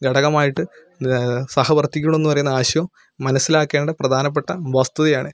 ഘടകമായിട്ട് സഹവർത്തിക്കണം എന്ന് പറയുന്ന ആശയം മനസ്സിലാക്കുകയാണ് പ്രധാനപ്പെട്ട വസ്തുതയാണ്